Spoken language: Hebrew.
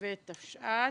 בטבת התשע"ט.